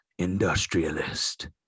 Industrialist